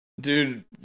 Dude